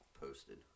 posted